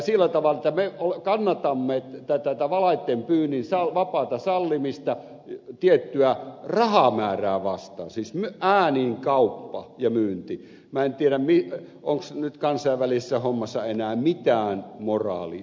sillä tavalla me kannatamme tätä valaitten pyynnin vapaata sallimista tiettyä rahamääräävastasi ainin kauppa ja myynti martti rahamäärää vastaan siis äänien kauppaa ja myyntiä